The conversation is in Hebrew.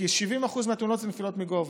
כי 70% מהתאונות זה נפילות מגובה,